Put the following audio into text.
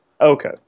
Okay